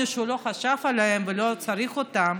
דברים שהוא לא חשב עליהם ולא צריך אותם.